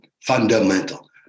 Fundamental